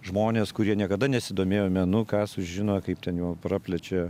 žmonės kurie niekada nesidomėjo menu ką sužino kaip ten jų praplečia